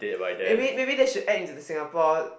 maybe maybe that should add into the Singapore